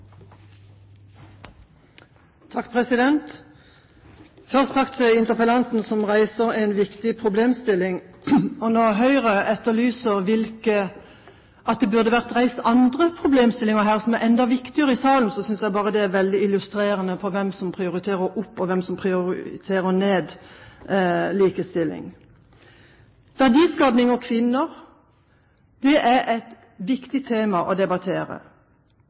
til interpellanten, som reiser en viktig problemstilling. Når Høyre etterlyser at det burde vært reist andre problemstillinger her i salen som er enda viktigere, synes jeg det er veldig illustrerende for hvem som prioriterer opp og hvem som prioriterer ned likestilling. Verdiskaping og kvinner er et viktig tema å debattere.